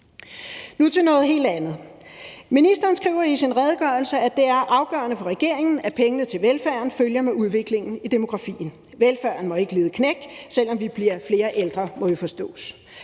Nu til noget helt andet: Ministeren skriver i sin redegørelse, at det er afgørende for regeringen, at pengene til velfærden følger med udviklingen i demografien. Velfærden må ikke lide et knæk, selv om vi bliver flere ældre, må det forstås.